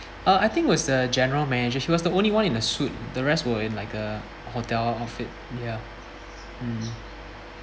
uh I think was the general manager he was the only one in the suit the rest were in like a hotel outfit ya mm